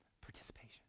participation